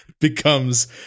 becomes